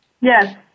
Yes